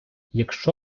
якщо